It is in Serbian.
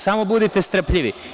Samo budite strpljivi.